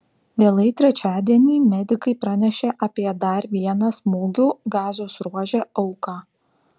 vėlai trečiadienį medikai pranešė apie dar vieną smūgių gazos ruože auką